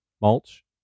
Mulch